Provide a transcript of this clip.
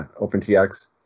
OpenTX